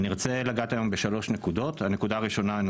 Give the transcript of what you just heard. אני ארצה לגעת היום בשלוש נקודות.